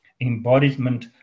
embodiment